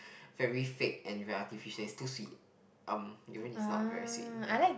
very fake and very artificial it's too sweet um durian is not very sweet ya